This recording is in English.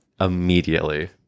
immediately